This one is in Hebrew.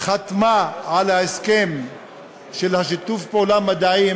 חתמה על ההסכם של שיתוף הפעולה המדעי,